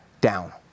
down